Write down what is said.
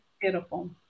beautiful